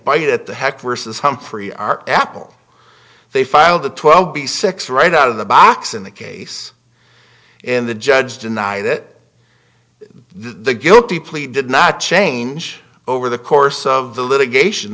bite at the heck worse is humphrey our apple they filed the twelve b six right out of the box in the case in the judge deny that the guilty plea did not change over the course of the litigation